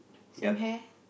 same hair